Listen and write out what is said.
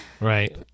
Right